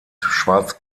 schwarz